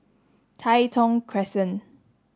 Tai Thong Crescent